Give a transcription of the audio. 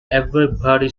everybody